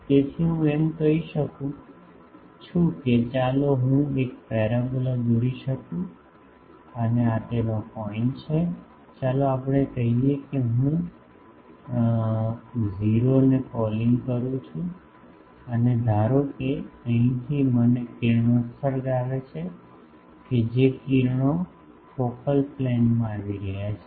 તેથી હું એમ કહી શકું છું કે ચાલો હું એક પેરાબોલા દોરી શકું અને આ તેનો પોઇન્ટ છે ચાલો આપણે કહીએ કે હું o ને કોલિંગ કરું છું અને ધારો કે અહીંથી મને કિરણોત્સર્ગ આવે છે કે જે કિરણો ફોકલ પ્લેનમાં આવી રહ્યો છે